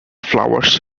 flowers